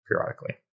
periodically